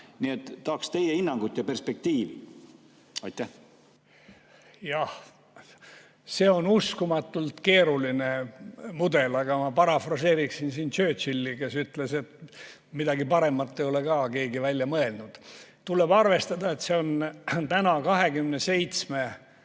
Nii et tahaks teie hinnangut, ka perspektiivi kohta. Jah, see on uskumatult keeruline mudel, aga ma parafraseeriksin siin Churchilli, kes ütles, et midagi paremat ei ole ka keegi välja mõelnud. Tuleb arvestada, et see on 27